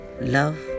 love